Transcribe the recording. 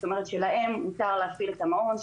זאת אומרת, להם מותר להפעיל את המעון.